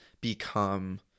become